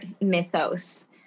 mythos